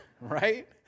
Right